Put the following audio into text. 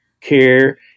care